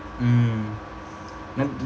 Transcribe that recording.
mm